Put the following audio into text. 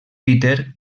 peter